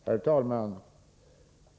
Herr talman!